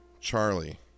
Charlie